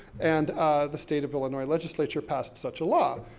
and the state of illinois legislature passed such a law.